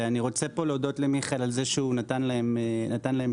אני מודה למיכאל על שנתן להם קול,